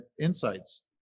insights